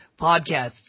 podcasts